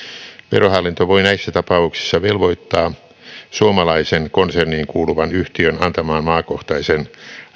verohallinto voi näissä tapauksissa velvoittaa suomalaiseen konserniin kuuluvan yhtiön antamaan maakohtaisen